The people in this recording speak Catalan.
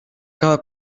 acaba